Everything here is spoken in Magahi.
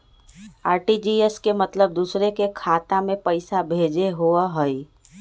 आर.टी.जी.एस के मतलब दूसरे के खाता में पईसा भेजे होअ हई?